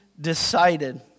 decided